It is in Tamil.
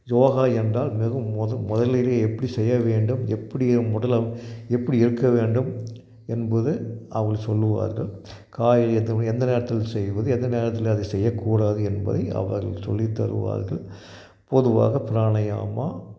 யோகா என்றால் மிகவும் முது முதல்லிலே எப்படி செய்ய வேண்டும் எப்படி முதல்ல எப்படி இருக்க வேண்டும் என்பது அவர்கள் சொல்லுவார்கள் காய் எதுவுமே எந்த நேரத்தில் செய்வது எந்த நேரத்தில் அதை செய்யக்கூடாது என்பதை அவர்கள் சொல்லி தருவார்கள் பொதுவாக பிராணயமா